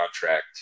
contract